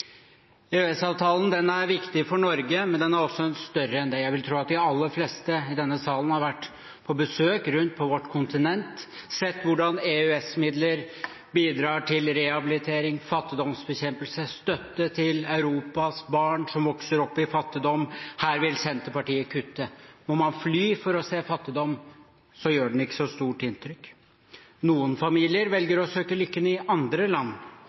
men den er også større enn det. Jeg vil tro at de aller fleste i denne sal som har vært på besøk rundt omkring på vårt kontinent, har sett hvordan EØS-midler bidrar til rehabilitering, til fattigdomsbekjempelse og til støtte til Europas barn som vokser opp i fattigdom. Her vil Senterpartiet kutte. Må man ta fly for å se fattigdom, gjør den ikke så stort inntrykk. Noen familier velger å søke lykken i andre land.